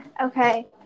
Okay